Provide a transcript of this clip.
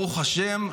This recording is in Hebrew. ברוך השם,